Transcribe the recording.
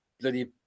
bloody